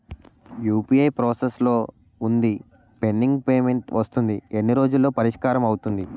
UPI process లో వుందిపెండింగ్ payment వస్తుంది ఎన్ని రోజుల్లో పరిష్కారం అవుతుంది